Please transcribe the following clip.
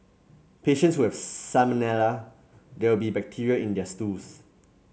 patients who have salmonella there will be bacteria in their stools